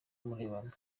murebana